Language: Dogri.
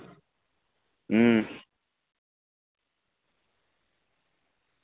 अं